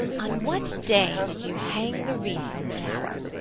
on what day did you hang the wreath on the tower?